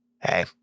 hey